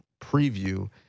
preview